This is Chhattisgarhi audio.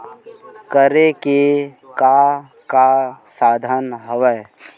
करे के का का साधन हवय?